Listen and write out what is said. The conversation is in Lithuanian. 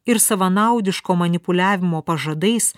ir savanaudiško manipuliavimo pažadais